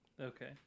Okay